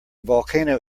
volcano